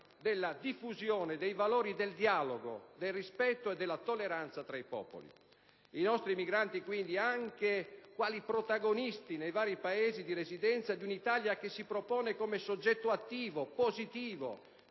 della diffusione dei valori del dialogo, del rispetto e della tolleranza tra i popoli; i nostri emigranti, quindi, visti anche quali protagonisti nei vari Paesi di residenza di un'Italia che si propone come soggetto attivo e positivo